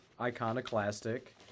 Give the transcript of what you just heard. iconoclastic